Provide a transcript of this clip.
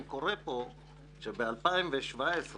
אני קורא כאן שבשנת 2017